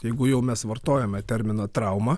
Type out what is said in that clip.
jeigu jau mes vartojame terminą traumą